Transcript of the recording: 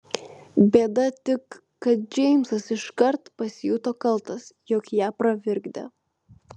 bėda tik kad džeimsas iškart pasijuto kaltas jog ją pravirkdė